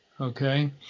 Okay